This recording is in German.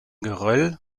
geröll